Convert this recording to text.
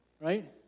right